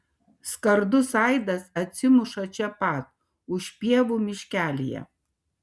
skardus aidas atsimuša čia pat už pievų miškelyje